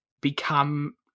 become